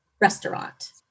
Restaurant